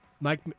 Mike